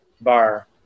bar